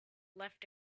left